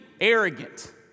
arrogant